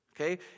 Okay